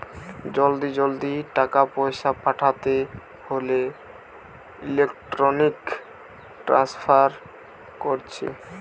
জলদি জলদি টাকা পয়সা পাঠাতে হোলে ইলেক্ট্রনিক ট্রান্সফার কোরছে